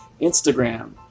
Instagram